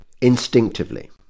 instinctively